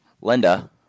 Linda